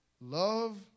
Love